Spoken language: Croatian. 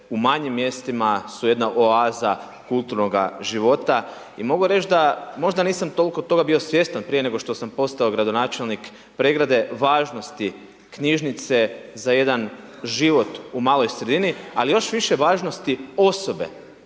u manjim mjestima su jedna oaza kulturnoga života. I mogu reći, da možda nisam toliko toga bio svjestan, prije nego što sam postao gradonačelnik Pregrade, važnosti knjižnice za jedan život u maloj sredini, ali još više važnosti osobe,